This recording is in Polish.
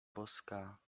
boska